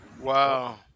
Wow